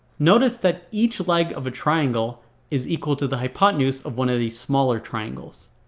notice that each leg of a triangle is equal to the hypotenuse of one of these smaller triangles